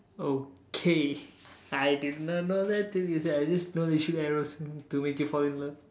okay I did not know that till you say I just know they shoot arrows to make you fall in love